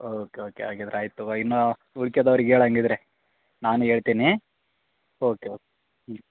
okay okay ಹಾಗಿದ್ರ್ ಆಯಿತು ಇನ್ನೂ ಉಳ್ಕೆದವ್ರಿಗೆ ಹೇಳ್ ಹಂಗಿದ್ರೆ ನಾನು ಹೇಳ್ತೇನೆ ಓಕೆ ಓಕ್ ಹ್ಞೂ